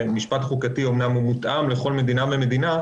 משפט חוקתי אמנם מותאם לכל מדינה ומדינה,